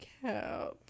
cap